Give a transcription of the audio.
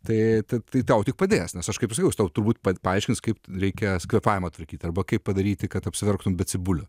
tai tad tai tau tik padės nes aš kaip ir sakiau jis tau turbūt paaiškins kaip reikia kvėpavimą tvarkyt arba kaip padaryti kad apsiverktum be cibulių